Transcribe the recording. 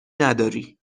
نداری